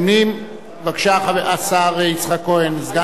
בבקשה, השר יצחק כהן, סגן שר האוצר,